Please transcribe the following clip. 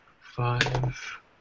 Five